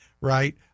right